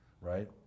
right